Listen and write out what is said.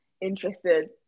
interested